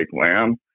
Lamb